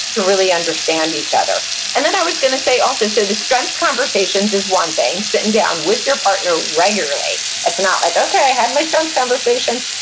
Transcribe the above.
to really understand each other and then i was going to say also, so the strengths conversations is one thing, sitting down with your partner regularly. it's not like, okay, i had my strengths conversation,